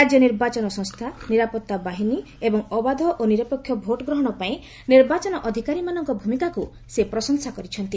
ରାଜ୍ୟ ନିର୍ବାଚନ ସଂସ୍ଥା ନିରାପତ୍ତା ବାହିନୀ ଏବଂ ଅବାଧ ଓ ନିରପେକ୍ଷ ଭୋଟ୍ଗ୍ରହଣ ପାଇଁ ନିର୍ବାଚନ ଅଧିକାରୀମାନଙ୍କ ଭୂମିକାକୁ ସେ ପ୍ରଶଂସା କରିଛନ୍ତି